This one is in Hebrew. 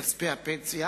בכספי הפנסיה,